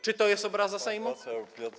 Czy to jest obraza Sejmu?